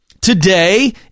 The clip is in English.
today